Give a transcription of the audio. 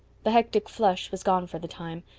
the hectic flush was gone for the time,